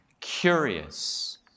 curious